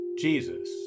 Jesus